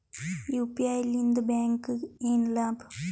UPI ಲಿಂದ ಬ್ಯಾಂಕ್ಗೆ ಏನ್ ಲಾಭ?